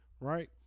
Right